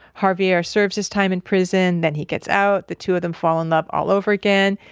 javier serves his time in prison. then he gets out, the two of them fall in love all over again,